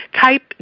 type